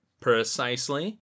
Precisely